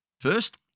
First